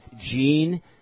Gene